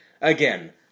Again